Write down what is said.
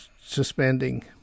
suspending